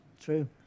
true